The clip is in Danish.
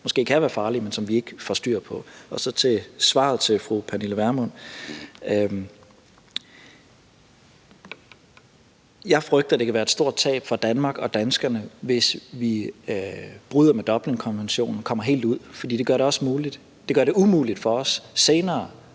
måske kan være farlige, men som vi ikke får styr på. Svaret til fru Pernille Vermund er, at jeg frygter, at det kan være et stort tab for Danmark og danskerne, hvis vi bryder med Dublinkonventionerne og kommer helt ud, for det gør det umuligt for os senere